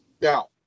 now